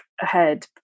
ahead